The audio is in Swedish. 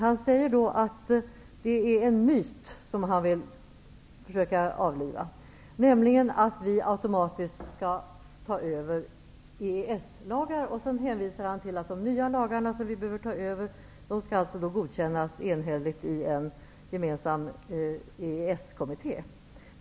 Han säger att det finns en myt som han vill försöka avliva, nämligen den att vi automatiskt skall ta över EES-lagar. Sedan hänvisar han till att de nya lagar som vi behöver ta över skall godkännas enhälligt i en gemensam EES-kommitté.